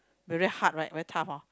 very hard right very tough hor